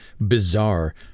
bizarre